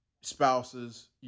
spouses